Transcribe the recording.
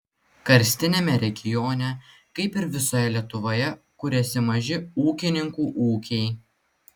karstiniame regione kaip ir visoje lietuvoje kuriasi maži ūkininkų ūkiai